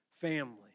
family